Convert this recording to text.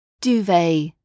Duvet